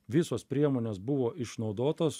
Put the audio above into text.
visos priemonės buvo išnaudotos